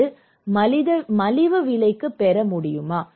இது மலிவு விலைக்கு பெர முடியுமா